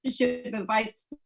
advice